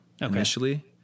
initially